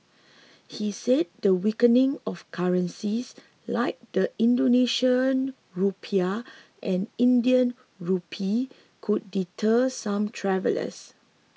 he said the weakening of currencies like the Indonesian Rupiah and Indian Rupee could deter some travellers